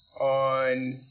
on